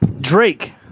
Drake